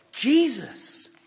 Jesus